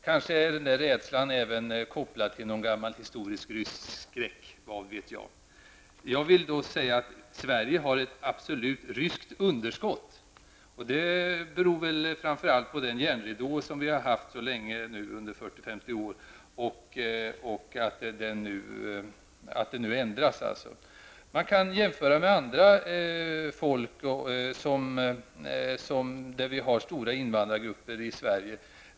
Kanske är denna rädsla även kopplad till någon gammal historisk rysskräck, vad vet jag. Sverige har absolut ''ett ryskt underskott''. Det beror framför allt på den järnridå som har funnits så länge, 40--50 år. Nu ändras det. Man kan göra jämförelser med andra folkslag där vi har stora invandrargrupper i Sverige.